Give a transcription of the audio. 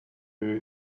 who